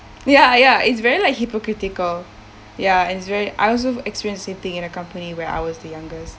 ya ya it's very like hypocritical ya it's very I also experienced the same thing it in the company where I was the youngest